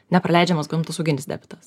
nepraleidžiamas gamtosauginis defektas